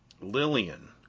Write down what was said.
lillian